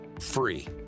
free